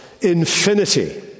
infinity